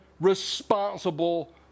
responsible